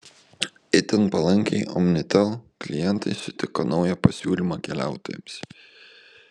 itin palankiai omnitel klientai sutiko naują pasiūlymą keliautojams